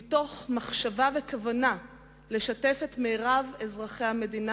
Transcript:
מתוך מחשבה וכוונה לשתף את מירב אזרחי המדינה,